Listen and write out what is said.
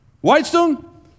Whitestone